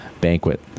Banquet